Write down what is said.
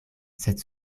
sed